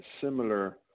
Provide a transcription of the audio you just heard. similar